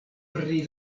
pri